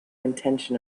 intention